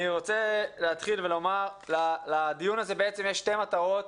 אני רוצה לומר שלדיון הזה יש שתי מטרות,